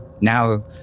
now